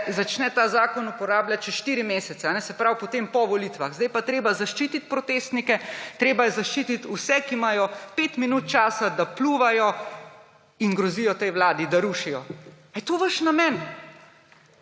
začne ta zakon uporabljati čez štiri mesece, se pravi po volitvah. Zdaj je pa treba zaščititi protestnike, treba je zaščititi vse, ki imajo pet minut časa, da pljuvajo in grozijo tej vladi, da rušijo. Ali je to vaš namen?